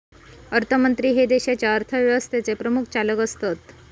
अर्थमंत्री हे देशाच्या अर्थव्यवस्थेचे प्रमुख चालक असतत